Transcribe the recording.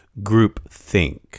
groupthink